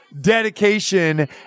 dedication